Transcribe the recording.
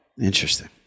Interesting